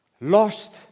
Lost